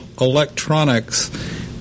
electronics